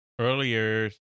earlier